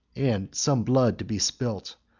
and some blood to be spilt,